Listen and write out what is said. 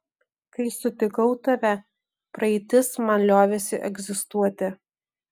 kai sutikau tave praeitis man liovėsi egzistuoti